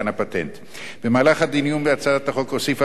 במהלך הדיונים בהצעת החוק הוסיפה הוועדה להצעת משרד